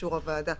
באישור הוועדה,